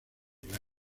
rey